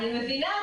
אני מבינה,